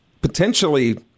potentially